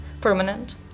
permanent